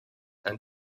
and